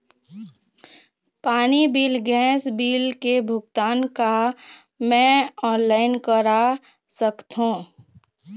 पानी bill gas bill के भुगतान का मैं ऑनलाइन करा सकथों?